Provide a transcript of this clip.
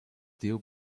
deal